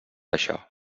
això